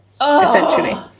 essentially